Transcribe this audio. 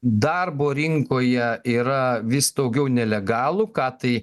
darbo rinkoje yra vis daugiau nelegalų ką tai